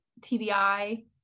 TBI